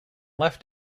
left